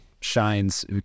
shines